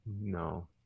No